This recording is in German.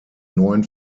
neuen